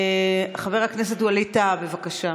חבר הכנסת ווליד טאהא, בבקשה,